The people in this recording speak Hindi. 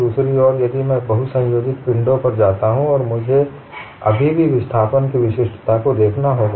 दूसरी ओर यदि मैं बहुसंयोजित पिंडों पर जाता हूं तो मुझे अभी भी विस्थापन की विशिष्टता को देखना होगा